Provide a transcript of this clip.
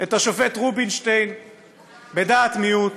את השופט רובינשטיין בדעת מיעוט,